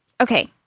Okay